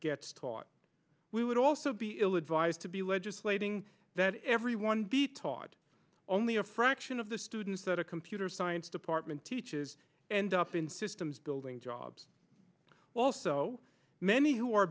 gets taught we would also be ill advised to be legislating that everyone be taught only a fraction of the students that a computer science department teaches end up in systems building jobs well so many who are